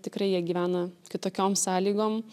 tikrai jie gyvena kitokiom sąlygom